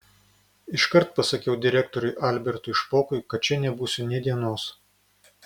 iškart pasakiau direktoriui albertui špokui kad čia nebūsiu nė dienos